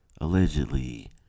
allegedly